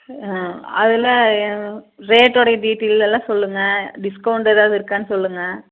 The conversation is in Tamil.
ஆ அதில் ரேட்டோடைய டீட்டெய்ல் எல்லாம் சொல்லுங்கள் டிஸ்கவுண்ட் ஏதாவது இருக்கான்னு சொல்லுங்கள்